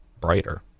brighter